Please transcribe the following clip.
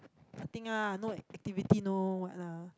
nothing ah no activity no what ah